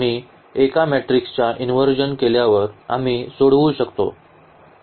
आम्ही एकदा मॅट्रिक्सचा इनव्हर्ज़न केल्यावर आम्ही सोडवू शकतो